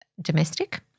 domestic